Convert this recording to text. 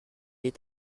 est